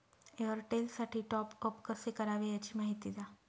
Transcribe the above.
एअरटेलसाठी टॉपअप कसे करावे? याची माहिती द्या